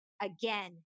again